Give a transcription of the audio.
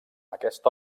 aquesta